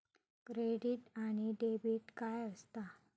Credit आणि debit काय असता?